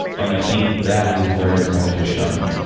and i think that is where it's going to shine.